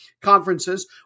conferences